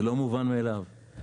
זה לא מובן מאליו.